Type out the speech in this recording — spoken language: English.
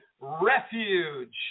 refuge